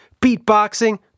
beatboxing